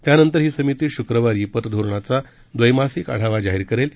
त्यानंतर ही समिती श्क्रवारी पतधोरणाचा दवैमासिक आढावा जाहीर करेल